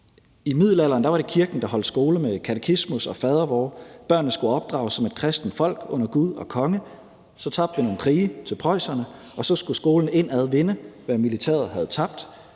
I middelalderen var det kirken, der holdt skole med katekismus og fadervor. Børnene skulle opdrages som et kristent folk under Gud og konge. Så tabte vi nogle krige til preusserne, og så skulle skolen indad vinde, hvad militæret havde tabt.